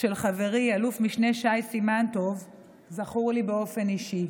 של חברי אלוף משנה שי סימן טוב זכור לי באופן אישי.